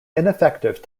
ineffective